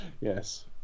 Yes